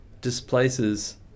displaces